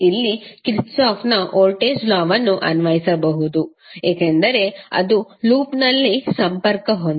ಇಲ್ಲಿ ಕಿರ್ಚಾಫ್ನ voltage law ವನ್ನು Kirchhoff's voltage law ಅನ್ವಯಿಸಬಹುದು ಏಕೆಂದರೆ ಅದು ಲೂಪ್ನಲ್ಲಿ ಸಂಪರ್ಕ ಹೊಂದಿದೆ